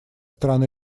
стран